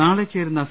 നാളെ ചേരുന്ന സി